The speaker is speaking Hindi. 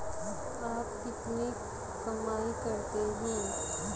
आप कितनी कमाई करते हैं?